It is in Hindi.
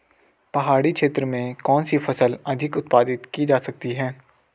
पहाड़ी क्षेत्र में कौन सी फसल अधिक उत्पादित की जा सकती है?